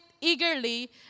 eagerly